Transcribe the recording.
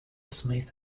smith